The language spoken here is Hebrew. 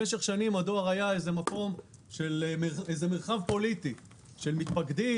במשך שנים הדואר היה איזה מרחב פוליטי של מתפקדים,